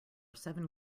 seven